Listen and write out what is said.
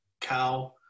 cow